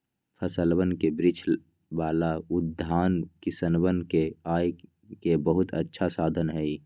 फलवन के वृक्ष वाला उद्यान किसनवन के आय के बहुत अच्छा साधन हई